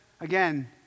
again